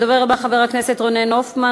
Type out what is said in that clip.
הדובר הבא, חבר הכנסת רונן הופמן.